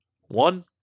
One